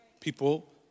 People